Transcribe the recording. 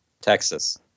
Texas